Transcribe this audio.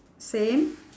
same